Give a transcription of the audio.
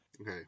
Okay